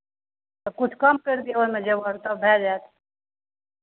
तऽ किछु कम करि दियौ ओहिमे जेवर तब भए जायत